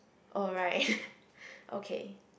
alright okay